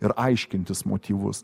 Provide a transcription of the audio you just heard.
ir aiškintis motyvus